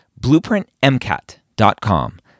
BlueprintMCAT.com